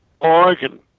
Oregon